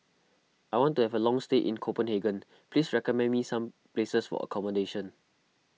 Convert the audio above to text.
I want to have a long stay in Copenhagen please recommend me some places for accommodation